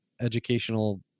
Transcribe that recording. educational